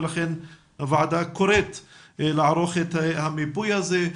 ולכן הוועדה קוראת לערוך את המיפוי הזה.